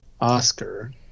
Oscar